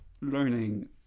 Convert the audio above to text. learning